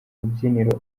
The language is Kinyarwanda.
rubyiniro